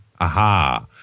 Aha